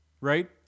right